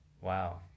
Wow